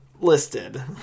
listed